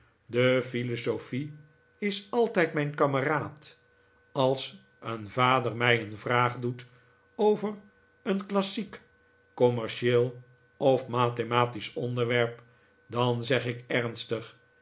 de philosophie is altijd mijn kameraad als een vader mij een vraag doet over een klassiek corrimercieel of mathematisch onderwerp dan zeg ik ernstig